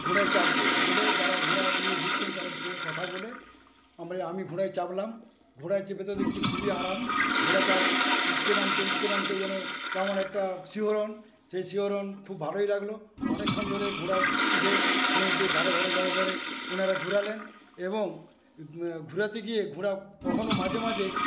ঘোড়ায় চাপবো বলে যারা ঘোড়া নিয়ে ঘুরছেন তাদের সঙ্গে কথা বলে আমরা আমি ঘোড়ায় চাপলাম ঘোড়ায় চেপে তো দেখছি খুবই আরাম ঘোড়া তার উঠতে নামতে উঠতে নামতে যেন কেমন একটা শিহরণ সেই শিহরণ খুব ভালোই লাগলো অনেকক্ষণ ধরে ঘোড়ার পিঠে সমুদ্রের ধারে ধারে ধারে ধারে ওনারা ঘোরালেন এবং ঘোরাতে গিয়ে ঘোড়া কখনো মাঝে মাঝে